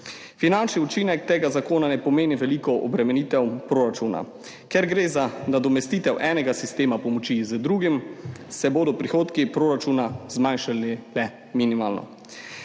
Finančni učinek tega zakona ne pomeni velike obremenitve proračuna. Ker gre za nadomestitev enega sistema pomoči z drugim, se bodo prihodki proračuna zmanjšali le minimalno.